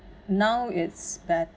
now it's bet~